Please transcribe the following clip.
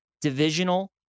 divisional